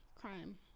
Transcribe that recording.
crime